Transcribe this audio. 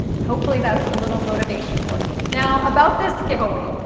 and hopefully that's a little motivation for you. now, about this giveaway.